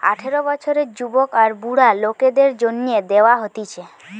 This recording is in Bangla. আঠারো বছরের যুবক আর বুড়া লোকদের জন্যে দেওয়া হতিছে